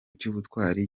cy’ubutwari